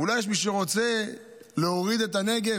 אולי יש מי שרוצה להוריד את הנגב,